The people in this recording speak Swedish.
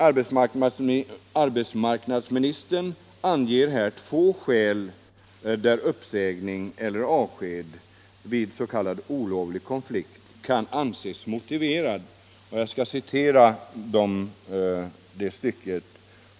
Arbetsmarknadsministern anger här två skäl där uppsägning eller avsked vid s.k. olovlig konflikt kan anses motiverat. I propositionen, bil.